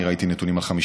אני ראיתי נתונים על 56%,